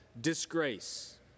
disgrace